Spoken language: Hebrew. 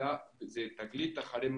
אלא זה 'תגלית' אחרי 'מסע',